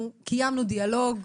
אנחנו קיימנו דיאלוג,